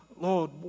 Lord